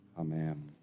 Amen